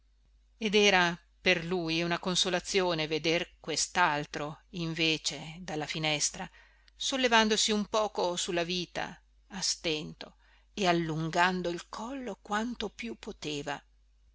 ed era per lui una consolazione veder questaltro invece dalla finestra sollevandosi un poco su la vita a stento e allungando il collo quanto più poteva